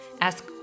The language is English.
ask